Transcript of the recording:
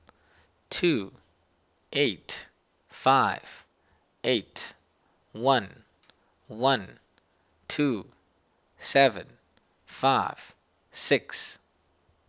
two eight five eight one one two seven five six